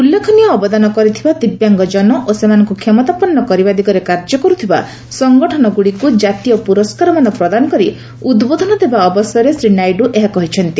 ଉଲ୍ଲେଖନୀୟ ଅବଦାନ କରିଥିବା ଦିବ୍ୟାଙ୍ଗଜନ ଓ ସେମାନଙ୍କୁ କ୍ଷମତାପନ୍ନ କରିବା ଦିଗରେ କାର୍ଯ୍ୟ କରୁଥିବା ସଂଗଠନଗୁଡ଼ିକୁ କାତୀୟ ପୁରସ୍କାରମାନ ପ୍ରଦାନ କରି ଉଦ୍ବୋଧନ ଦେବା ଅବସରରେ ଶ୍ରୀ ନାଇଡୁ ଏହା କହିଛନ୍ତି